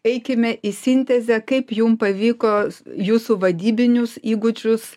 eikime į sintezę kaip jum pavyko jūsų vadybinius įgūdžius